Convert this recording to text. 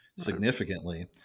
significantly